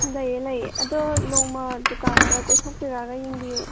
ꯂꯩꯌꯦ ꯂꯩꯌꯦ ꯑꯗꯣ ꯅꯣꯡꯃ ꯗꯨꯀꯥꯟꯗ ꯀꯣꯏꯊꯣꯛꯄꯤꯔꯛꯑꯒ ꯌꯦꯡꯕꯤꯌꯨ